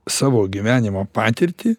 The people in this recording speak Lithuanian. savo gyvenimo patirtį